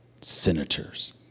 senators